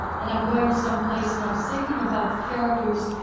and i'm going to someplace, and i'm thinking about the characters.